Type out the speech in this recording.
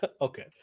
Okay